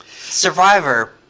Survivor